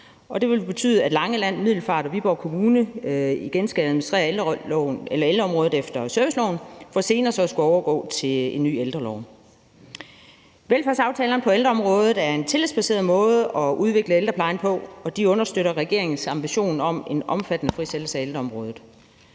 det vil betyde, at Langeland, Middelfart og Viborg Kommuner igen skal administrere ældreområdet efter serviceloven for senere så at skulle overgå til den nye ældrelov. Velfærdsaftalerne på ældreområdet er en tillidsbaseret måde at udvikle ældreplejen på, og de understøtter regeringens ambition om en omfattende frisættelse af ældreområdet.